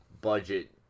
budget